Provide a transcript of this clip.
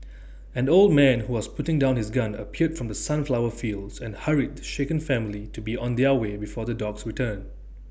an old man who was putting down his gun appeared from the sunflower fields and hurried the shaken family to be on their way before the dogs return